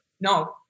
no